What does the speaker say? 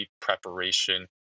preparation